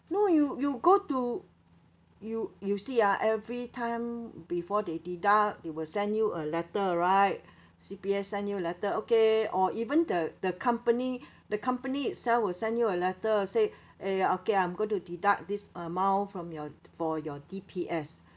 no you you go to you you see ah every time before they deduct they will send you a letter right C_P_F send you letter okay or even the the company the company itself will send you a letter say eh okay I'm going to deduct this amount from your for your D_P_S